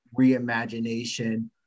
reimagination